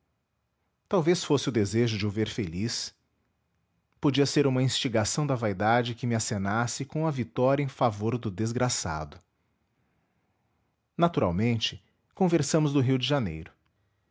talvez fosse o desejo de o ver feliz podia ser uma instigação da vaidade que me acenasse com a vitória em favor do desgraçado naturalmente conversamos do rio de janeiro